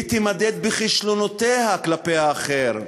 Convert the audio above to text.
היא תימדד בכישלונותיה כלפי האחר,